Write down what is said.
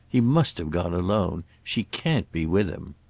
he must have gone alone. she can't be with him.